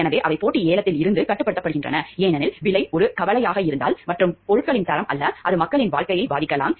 எனவே அவை போட்டி ஏலத்தில் இருந்து கட்டுப்படுத்தப்படுகின்றன ஏனெனில் விலை ஒரு கவலையாக இருந்தால் மற்றும் பொருட்களின் தரம் அல்ல அது மக்களின் வாழ்க்கையை பாதிக்கலாம்